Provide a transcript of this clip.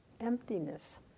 emptiness